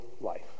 life